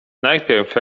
najpierw